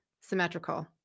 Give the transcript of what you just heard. symmetrical